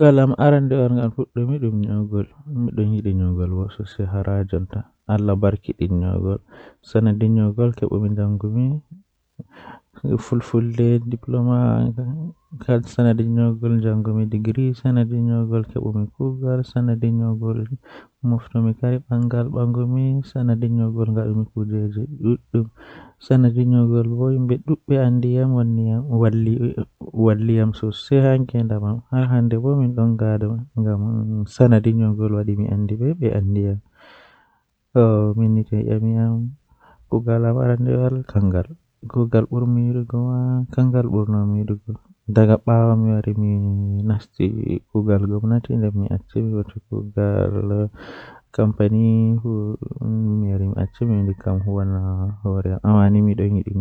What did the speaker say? Eh ɓurnaafu miɗon heɓa kubaruji an hedi soshiyal midiya Miɗo waawi jokkude e news ngal e social media, ammaa mi waawi yiɗde e TV kadi. Miɗo njogii waɗde jeydi ko e ngoodi leydi ngal, sabu miɗo waawi jeydugo